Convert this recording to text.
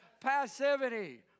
Passivity